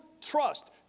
trust